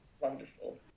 wonderful